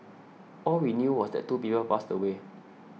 all we knew was that two people passed away